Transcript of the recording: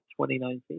2019